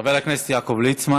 חבר הכנסת יעקב ליצמן